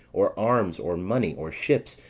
or arms, or money, or ships,